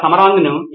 professor మంచిది